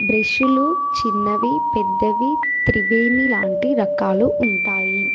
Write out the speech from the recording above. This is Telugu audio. బ్రష్షులు చిన్నవి పెద్దవి త్రివేణి లాంటి రకాలు ఉంటాయి